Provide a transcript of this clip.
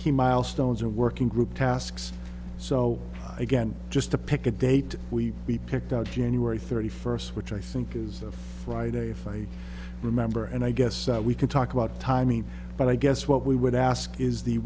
key milestones or working group tasks so again just to pick a date we be picked out january thirty first which i think is a friday if i remember and i guess that we can talk about timing but i guess what we would ask is the